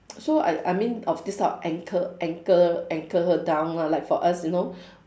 so I I mean of these type of anchor anchor anchor her down lah like for us you know